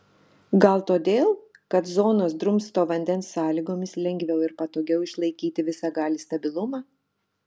gal todėl kad zonos drumsto vandens sąlygomis lengviau ir patogiau išlaikyti visagalį stabilumą